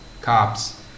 cops